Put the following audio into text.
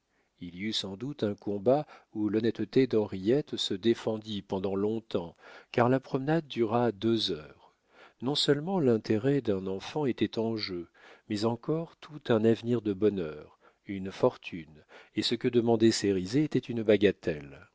il y eut sans doute un combat où l'honnêteté d'henriette se défendit pendant longtemps car la promenade dura deux heures non-seulement l'intérêt d'un enfant était en jeu mais encore tout un avenir de bonheur une fortune et ce que demandait cérizet était une bagatelle